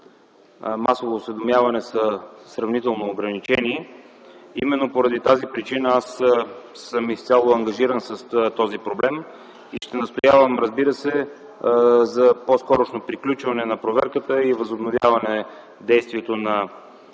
масово осведомяване са сравнително ограничени. Именно поради тази причина съм изцяло ангажиран с този проблем и ще настоявам за по-скорошно приключване на проверката и възобновяване действието на